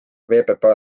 ppa